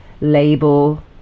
label